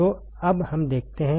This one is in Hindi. तो अब हम देखते हैं